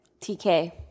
TK